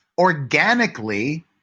organically